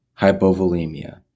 hypovolemia